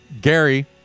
Gary